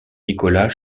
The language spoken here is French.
nicolas